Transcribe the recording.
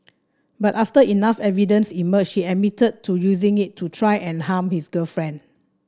but after enough evidence emerged he admitted to using it to try and harm his girlfriend